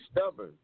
stubborn